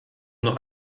noch